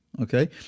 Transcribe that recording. Okay